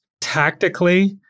tactically